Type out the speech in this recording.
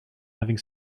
having